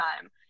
time